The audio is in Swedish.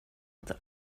inte